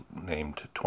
named